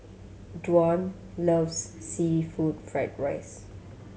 Dow loves seafood fried rice